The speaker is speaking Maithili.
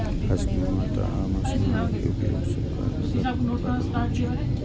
हस्तनिर्मित आ मशीनरीक उपयोग सं कागजक उत्पादन होइ छै